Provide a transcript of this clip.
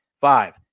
five